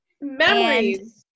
Memories